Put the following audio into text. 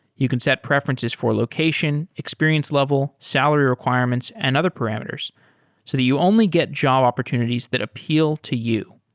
you can set preferences for location, experience level, salary requirements and other parameters so that you only get job opportunities that appeal to you.